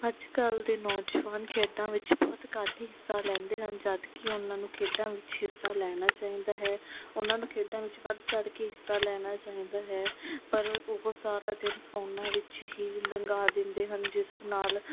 ਅੱਜ ਕੱਲ੍ਹ ਦੇ ਨੌਜਵਾਨ ਖੇਡਾਂ ਵਿੱਚ ਬਹੁਤ ਘੱਟ ਹਿੱਸਾ ਲੈਂਦੇ ਹਨ ਜਦਕਿ ਉਹਨਾਂ ਨੂੰ ਖੇਡਾਂ ਵਿੱਚ ਹਿੱਸਾ ਲੈਣਾ ਚਾਹੀਦਾ ਹੈ ਉਹਨਾਂ ਨੂੰ ਖੇਡਾਂ ਵਿੱਚ ਵੱਧ ਚੜ੍ਹ ਕੇ ਹਿੱਸਾ ਲੈਣਾ ਚਾਹੀਦਾ ਹੈ ਪਰ ਉਹ ਸਾਰਾ ਦਿਨ ਫੋਨਾਂ ਵਿੱਚ ਹੀ ਲੰਘਾ ਦਿੰਦੇ ਹਨ ਜਿਸ ਨਾਲ